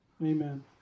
Amen